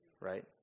right